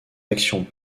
actions